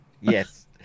Yes